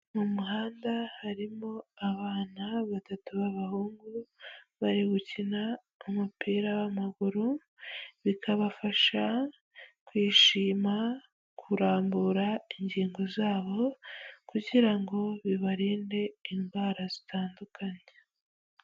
Mu muhanda harimo abana batatu b'abahungu bari gukina umupira w'amaguru, bikabafasha kwishima, kurambura ingingo zabo kugira ngo bibarinde indwara zitandukanye.